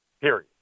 period